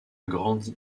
grandi